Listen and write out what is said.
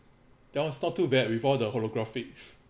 that was not too bad with all the holographic